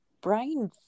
brain